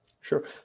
Sure